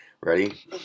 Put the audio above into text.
Ready